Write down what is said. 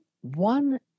one